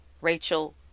Rachel